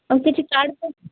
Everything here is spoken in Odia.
ଆଉ କିଛି କାର୍ଡ଼